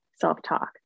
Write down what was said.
self-talk